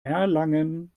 erlangen